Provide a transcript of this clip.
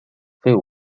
feu